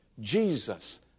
Jesus